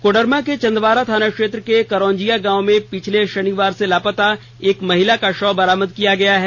कोडरमा के चंदवारा थाना क्षेत्र के करौंजिया गांव में पिछले शनिवार से लापता एक महिला का शव बरामद किया गया है